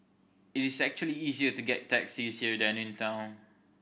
it is actually easier to get taxis here than in town